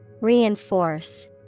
Reinforce